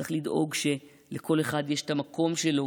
צריך לדאוג שלכל אחד יש את המקום שלו